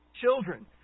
Children